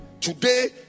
today